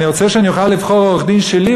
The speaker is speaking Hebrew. שאני רוצה שאוכל לבחור עורך-דין שלי,